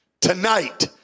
Tonight